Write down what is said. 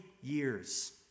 years